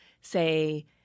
say